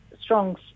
strong